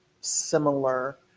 similar